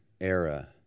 era